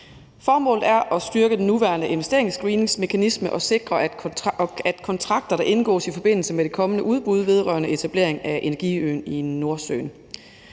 Formålet er at styrke den nuværende investeringsscreeningsmekanisme og sikre kontrakter, der indgås i forbindelse med det kommende udbud vedrørende etablering af energiøen i Nordsøen.